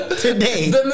today